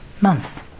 months